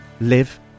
live